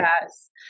Yes